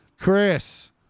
Chris